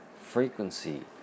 Frequency